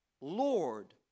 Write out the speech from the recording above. Lord